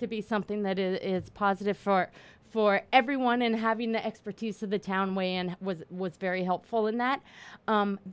to be something that is positive for for everyone and having the expertise to the town way and was was very helpful in that